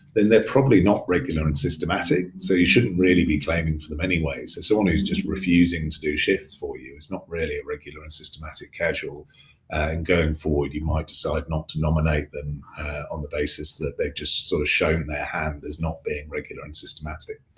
then they're probably not regular and systematic so you shouldn't really be claiming for them anyways. if someone who's just refusing to do shifts for you is not really a regular and systematic casual. and going forward, you might decide not to nominate them on the basis that they've just sort of shown their hand as not being regular and systematic.